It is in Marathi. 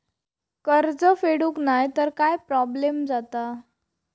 कर्ज फेडूक नाय तर काय प्रोब्लेम जाता?